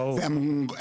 אוקיי, ברור.